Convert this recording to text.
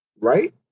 right